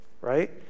right